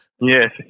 yes